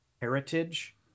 heritage